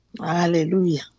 Hallelujah